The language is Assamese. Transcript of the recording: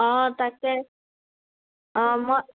অঁ তাকে অঁ মই